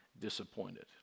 disappointed